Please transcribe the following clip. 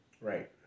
Right